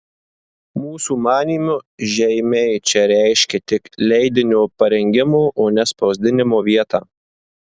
mūsų manymu žeimiai čia reiškia tik leidinio parengimo o ne spausdinimo vietą